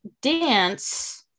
dance